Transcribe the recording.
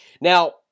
Now